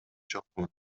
жокмун